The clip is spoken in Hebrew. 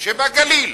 שבגליל